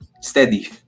steady